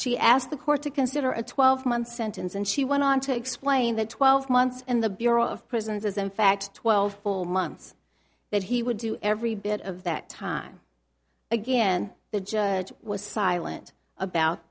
she asked the court to consider a twelve month sentence and she went on to explain that twelve months and the bureau of prisons is in fact twelve full months that he would do every bit of that time again the judge was silent about